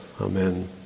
Amen